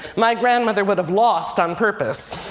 my grandmother would have lost on purpose.